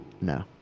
No